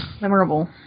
Memorable